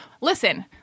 Listen